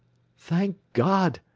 thank god!